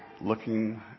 looking